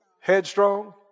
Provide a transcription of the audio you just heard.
Headstrong